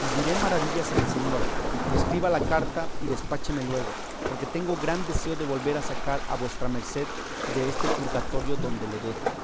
y diré maravillas a mi señora y escriba la carta y despácheme luego porque tengo gran deseo de volver a sacar a vuestra merced deste purgatorio donde le dejo